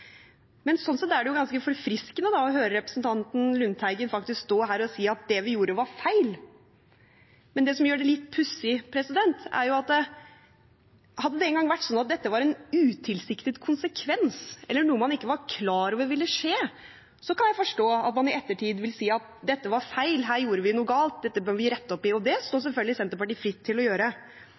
Sånn sett er det ganske forfriskende å høre representanten Lundteigen faktisk stå her og si at det vi gjorde, var feil. Men det som gjør det litt pussig, er at hadde det engang vært sånn at dette var en utilsiktet konsekvens eller noe man ikke var klar over ville skje, kan jeg forstå at man i ettertid vil si at dette var feil, her gjorde vi noe galt, dette bør vi rette opp i. Og det står selvfølgelig Senterpartiet fritt til å gjøre,